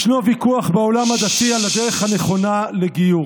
ישנו ויכוח בעולם הדתי על הדרך הנכונה לגיור.